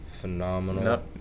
Phenomenal